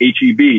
HEB